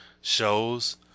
shows